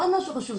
עוד משהו חשוב,